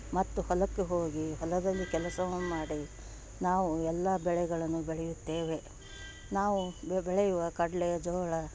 ಮತ್ತು ಹೊಲಕ್ಕೆ ಹೋಗಿ ಹೊಲದಲ್ಲಿ ಕೆಲಸವೂ ಮಾಡಿ ನಾವು ಎಲ್ಲ ಬೆಳೆಗಳನ್ನು ಬೆಳೆಯುತ್ತೇವೆ ನಾವು ಬೆಳೆಯುವ ಕಡಲೆ ಜೋಳ